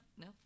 No